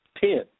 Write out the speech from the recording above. ten